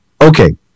okay